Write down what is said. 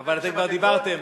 אבל אתם כבר דיברתם.